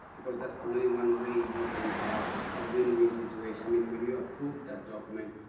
because that's the only one way you can have a win-win situation. i mean when you approve that document,